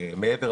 תודה רבה.